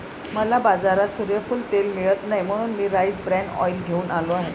मला बाजारात सूर्यफूल तेल मिळत नाही म्हणून मी राईस ब्रॅन ऑइल घेऊन आलो आहे